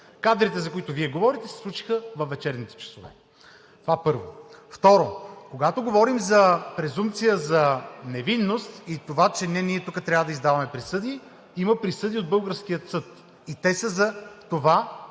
Кадрите, за които Вие говорите, се случиха във вечерните часове. Това, първо. Второ, когато говорим за презумпция за невинност и това, че не ние тук трябва да издаваме присъди, има присъди от българския съд и те са за това,